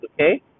Okay